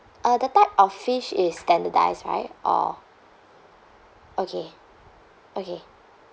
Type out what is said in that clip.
uh the type of fish is standardised right or okay okay